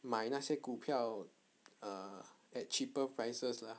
买那些股票 err at cheaper prices lah